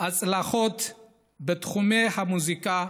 הצלחות בתחומי המוזיקה,